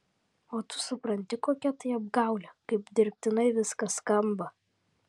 o tu supranti kokia tai apgaulė kaip dirbtinai viskas skamba